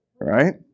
Right